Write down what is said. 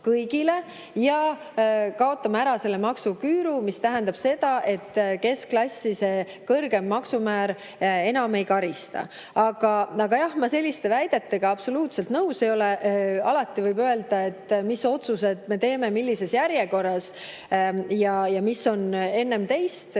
ja kaotame ära selle maksuküüru. See tähendab seda, et keskklassi see kõrgem maksumäär enam ei karista. Aga jah, ma selliste väidetega absoluutselt nõus ei ole. Alati võib öelda, mis otsused me teeme, millises järjekorras ja mis on enne teist.